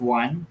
one